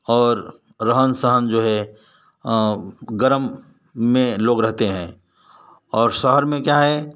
और रहन सहन जो है गर्म में लोग रहते हैं और शहर में क्या है